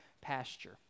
pasture